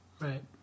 Right